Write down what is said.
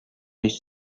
هیچ